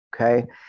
Okay